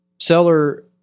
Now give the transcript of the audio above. seller